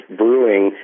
brewing